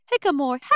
hickamore